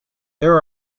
there